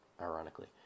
ironically